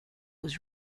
was